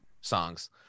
songs